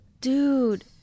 Dude